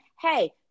hey